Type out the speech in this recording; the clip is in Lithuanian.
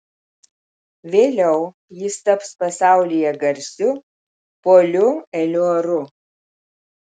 vėliau jis taps pasaulyje garsiu poliu eliuaru